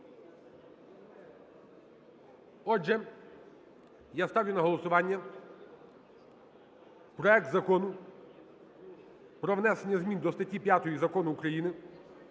Отже, я ставлю на голосування проект Закону про внесення змін до статті 5 Закону України